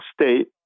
State